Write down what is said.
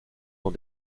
dans